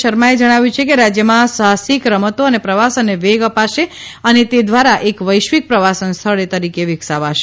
શર્માએ જણાવ્યું છે કે રાજયમાં સાહસિક રમતો અને પ્રવાસનને વેગ અપાશે અને તે દ્વારા એક વૈશ્વિક પ્રવાસન સ્થળે તરીકે વિકસાવાશે